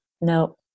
no